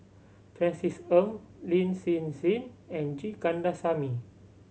Francis Ng Lin Hsin Hsin and G Kandasamy